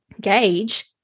gauge